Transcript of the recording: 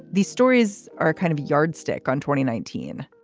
these stories are a kind of yardstick on twenty nineteen